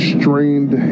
strained